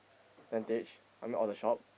tentage I mean of the shop